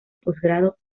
posgrado